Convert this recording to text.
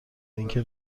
اینکه